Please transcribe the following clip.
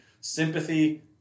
sympathy